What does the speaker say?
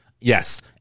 Yes